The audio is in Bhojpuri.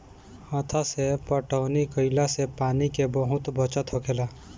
हत्था से पटौनी कईला से पानी के बहुत बचत होखेला